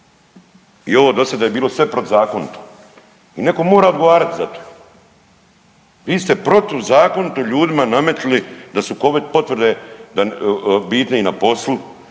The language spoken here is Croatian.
I ovo dosada je bilo sve protuzakonito i netko mora odgovarati za to. Vi ste protuzakonito ljudima nametili da su Covid potvrde da, bitne i na poslu,